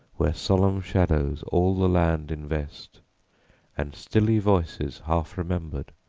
where solemn shadows all the land invest and stilly voices, half-remembered,